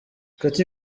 katy